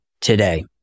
today